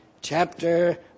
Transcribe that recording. chapter